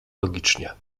logicznie